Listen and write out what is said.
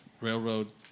railroad